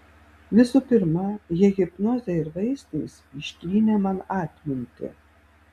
visų pirma jie hipnoze ir vaistais ištrynė man atmintį